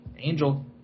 Angel